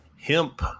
hemp